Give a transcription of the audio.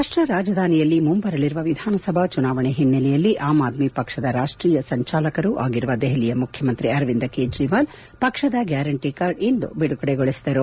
ರಾಷ್ಟ ರಾಜಧಾನಿಯಲ್ಲಿ ಮುಂಬರಲಿರುವ ವಿಧಾನಸಭಾ ಚುನಾವಣೆ ಹಿನ್ನೆಲೆಯಲ್ಲಿ ಆಮ್ ಆದ್ಮಿ ಪಕ್ಷದ ರಾಷ್ಟೀಯ ಸಂಚಾಲಕರೂ ಆಗಿರುವ ದೆಹಲಿಯ ಮುಖ್ಯಮಂತ್ರಿ ಅರವಿಂದ್ ಕೇಜ್ರವಾಲ್ ಪಕ್ಷದ ಗ್ಯಾರಂಟ ಕಾರ್ಡ್ ಇಂದು ಬಿಡುಗಡೆಗೊಳಿಸಿದರು